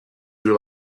you